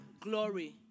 glory